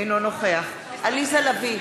אינו נוכח עליזה לביא,